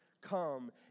Come